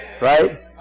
Right